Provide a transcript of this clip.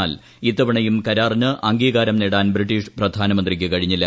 എന്നാൽ ഇത്തവണയും കരാറിന് അംഗീകാരം നേടാൻ ബ്രിട്ടീഷ് പ്രധാനമന്ത്രിക്ക് കഴിഞ്ഞില്ല